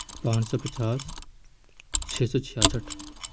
پانچ سو پچاس چھ سو چھیاسٹھ